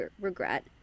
regret